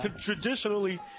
traditionally, –